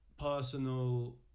personal